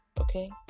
Okay